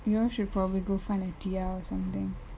you all should probably go find a T_R or something